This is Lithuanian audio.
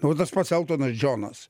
nu va tas pats eltonas džonas